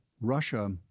Russia